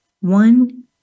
one